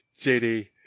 JD